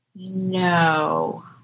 No